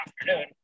afternoon